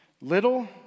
Little